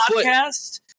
podcast